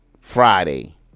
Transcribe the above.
Friday